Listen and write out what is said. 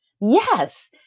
Yes